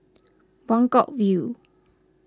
Buangkok View